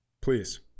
please